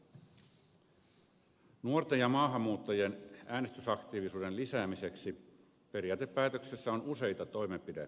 nuorten ja maahanmuuttajien äänestysaktiivisuuden lisäämiseksi periaatepäätöksessä on useita toimenpide ehdotuksia